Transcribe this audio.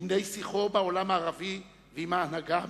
בני שיחו בעולם הערבי ועם ההנהגה האמריקנית.